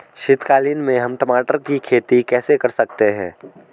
शीतकालीन में हम टमाटर की खेती कैसे कर सकते हैं?